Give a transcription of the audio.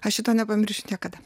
aš šito nepamiršiu niekada